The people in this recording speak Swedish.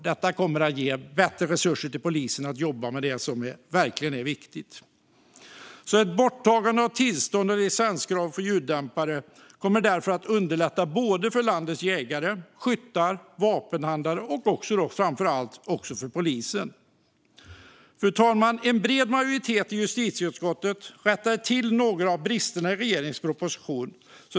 Detta kommer att ge bättre resurser till polisen att jobba med det som verkligen är viktigt. Ett borttagande av tillstånds och licenskrav på ljuddämpare kommer därför att underlätta både för landets jägare, skyttar och vapenhandlare - och framför allt för polisen. Fru talman! En bred majoritet i justitieutskottet rättade till några av bristerna i regeringens proposition.